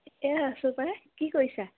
এই আছোঁ পাই কি কৰিছা